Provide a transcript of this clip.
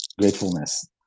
gratefulness